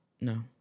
No